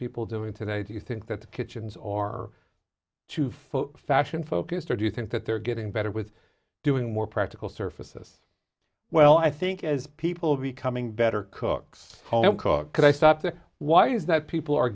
people doing today do you think that the kitchens are two foot fashion focused or do you think that they're getting better with doing more practical surfaces well i think as people becoming better cooks home cook could i stop the why is that people are